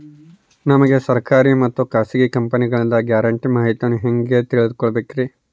ನಮಗೆ ಸರ್ಕಾರಿ ಮತ್ತು ಖಾಸಗಿ ಕಂಪನಿಗಳಿಂದ ಗ್ಯಾರಂಟಿ ಮಾಹಿತಿಯನ್ನು ಹೆಂಗೆ ತಿಳಿದುಕೊಳ್ಳಬೇಕ್ರಿ?